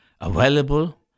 available